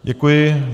Děkuji.